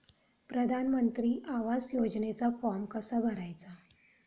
प्रधानमंत्री आवास योजनेचा फॉर्म कसा भरायचा?